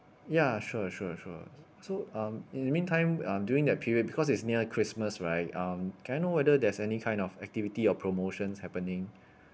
ya sure sure sure so um in the meantime um during that period because it's near christmas right um can I know whether there's any kind of activity or promotions happening